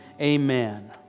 Amen